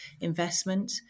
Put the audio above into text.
investment